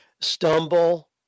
stumble